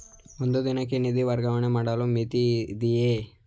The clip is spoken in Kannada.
ಒಂದು ದಿನಕ್ಕೆ ನಿಧಿ ವರ್ಗಾವಣೆ ಮಾಡಲು ಮಿತಿಯಿರುತ್ತದೆಯೇ?